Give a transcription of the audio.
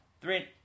Three